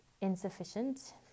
insufficient